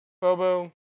Bobo